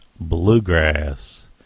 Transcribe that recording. Bluegrass